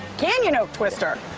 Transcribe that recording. canyon oak twister.